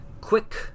quick